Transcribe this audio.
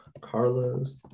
Carlos